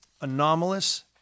anomalous